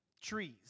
trees